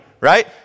right